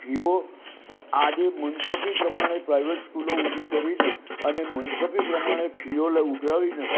ફીઓ આજે મુન્સફી પ્રમાણે પ્રાઇવેટ સ્કૂલો ઊભી કરી ને અને મુનસફી પ્રમાણે ફીઓ ઉઘરાવીને